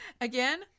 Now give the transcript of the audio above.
Again